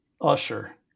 Usher